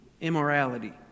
immorality